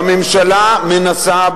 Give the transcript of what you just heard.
והממשלה מנסה,